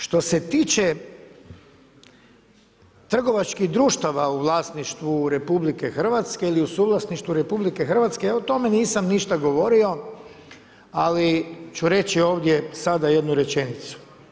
Što se tiče trgovačkih društava u vlasništvu RH ili u suvlasništvu RH ja o tome nisam ništa govorio, ali ću reći ovdje sada jednu rečenicu.